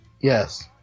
Yes